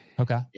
Okay